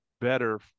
better